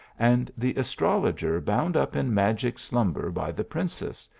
and the astrol oger bound up in magic slumber by the princess,